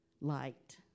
light